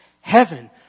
Heaven